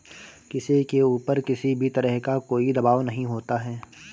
किसी के ऊपर किसी भी तरह का कोई दवाब नहीं होता है